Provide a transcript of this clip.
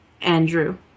Andrew